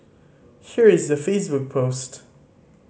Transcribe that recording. here is their Facebook post